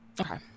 Okay